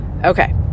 Okay